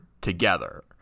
together